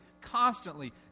constantly